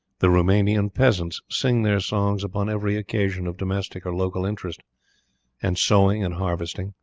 the roumanian peasants sing their songs upon every occasion of domestic or local interest and sowing and harvesting,